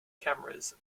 cameras